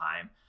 time